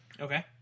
okay